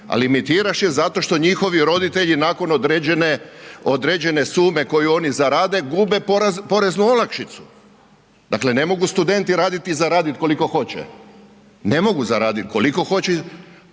A limitiraš ju zato što njihovi roditelji nakon određene sume koju oni zarade, gube poreznu olakšicu. Dakle ne mogu studenti raditi i zaraditi koliko hoće. Ne mogu zaradit koliki hoće.